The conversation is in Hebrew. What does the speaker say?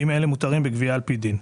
אם אלה מותרים בגבייה על פי דין.